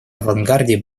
авангарде